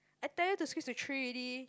I tell you to squeeze to three already